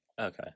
Okay